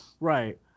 Right